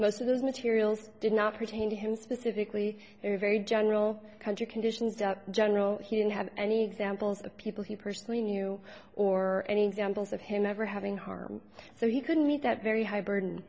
most of those materials did not pertain to him specifically very general country conditions general he didn't have any examples of people he personally knew or any jumbles of him never having harmed so he couldn't meet that very high bur